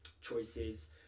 choices